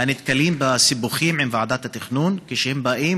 הנתקלים בסיבוכים עם ועדת התכנון כשהם באים